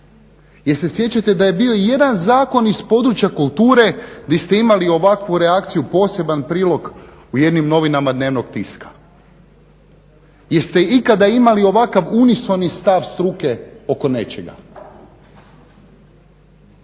Jel se sjećate da je bio jedan zakon iz područja kulture gdje ste imali ovakvu reakciju poseban prilog u jednim novinama dnevnog tiska? Jeste ikad imali ovakav unisoni stav struke oko nečega?